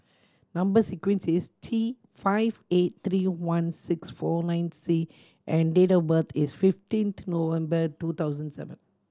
number sequence is T five eight three one six four nine C and date of birth is fifteenth November two thousand seven